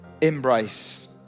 embrace